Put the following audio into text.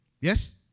Yes